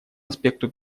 аспекту